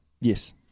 Yes